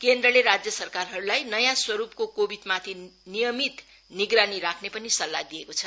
केन्द्रले राज्य सरकारहरूलाई नयाँ स्वरूपको कोविडमाथि नियमित निगरानी राख्ने पनि सल्लाह दिएको छ